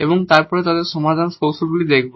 এবং তারপরে তাদের সমাধানের কৌশলগুলি দেখব